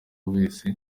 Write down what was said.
wese